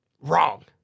wrong